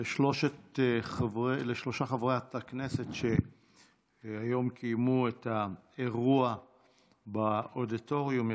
לשלושת חברי הכנסת שקיימו היום את האירוע באודיטוריום.